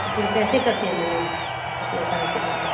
پھر کیسے کرتے ہیں مینیج اتنا سارا چڑیا کا